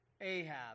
Ahab